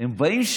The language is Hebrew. הם באים,